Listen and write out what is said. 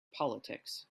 politics